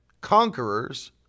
Conquerors